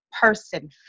person